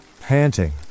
Panting